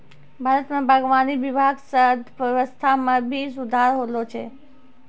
भारत मे बागवानी विभाग से अर्थव्यबस्था मे भी सुधार होलो छै